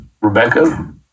Rebecca